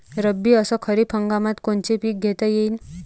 रब्बी अस खरीप हंगामात कोनचे पिकं घेता येईन?